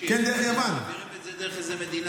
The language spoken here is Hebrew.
הם מעבירים את זה דרך איזו מדינה אחרת.